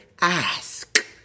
ask